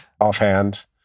offhand